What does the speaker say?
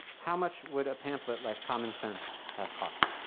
how much would a pamphlet like commonsense have cost?